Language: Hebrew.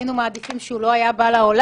זה נכון שהיינו מעדיפים שהוא לא היה בא לעולם,